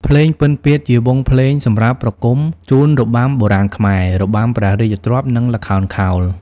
ភ្លេងពិណពាទ្យ ជាវង់ភ្លេងសម្រាប់ប្រគំជូនរបាំបុរាណខ្មែរ របាំព្រះរាជទ្រព្យ និងល្ខោនខោល។